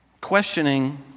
questioning